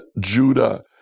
Judah